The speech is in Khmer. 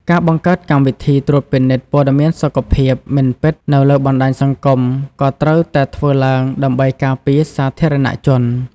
ការបង្កើតកម្មវិធីត្រួតពិនិត្យព័ត៌មានសុខភាពមិនពិតនៅលើបណ្តាញសង្គមក៏ត្រូវតែធ្វើឡើងដើម្បីការពារសាធារណជន។